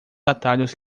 atalhos